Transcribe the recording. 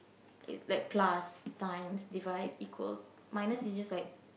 it's like plus times divide equals minus is just like